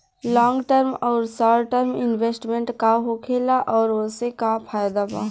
Long term आउर short term investment का होखेला और ओसे का फायदा बा?